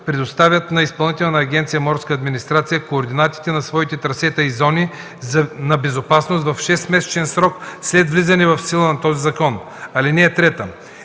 предоставят на Изпълнителна агенция „Морска администрация” координатите на своите трасета и зони на безопасност в шестмесечен срок след влизането в сила на този закон. (3)